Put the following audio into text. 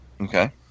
Okay